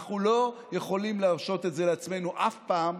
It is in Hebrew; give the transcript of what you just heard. אנחנו לא יכולים להרשות את זה לעצמנו אף פעם,